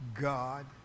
God